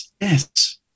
yes